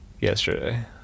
yesterday